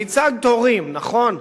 ייצגת הורים, נכון?